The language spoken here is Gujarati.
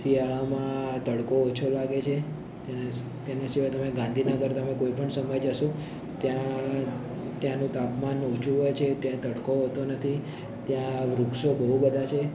શિયાળામાં તડકો ઓછો લાગે છે તેના સિ તેના સિવાય તમે ગાંધીનગર તમે કોઈપણ સમયે જશો ત્યાં ત્યાંનું તાપમાન ઓછું હોય છે ત્યાં તડકો હોતો નથી ત્યાં વૃક્ષો બહુ બધા છે